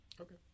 Okay